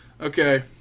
Okay